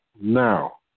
now